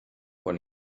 quan